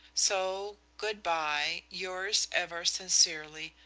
so good-by. yours ever sincerely,